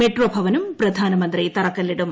metro ഭവനും പ്രധാനമന്ത്രി തറക്കല്ലിടും